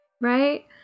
right